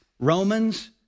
Romans